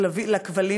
לכבלים